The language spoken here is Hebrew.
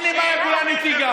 הינה, מאי גולן איתי.